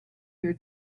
here